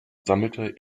sammelte